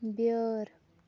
بیٚٲر